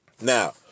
Now